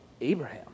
Abraham